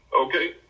Okay